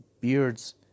beards